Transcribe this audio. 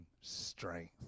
strength